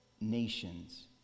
nations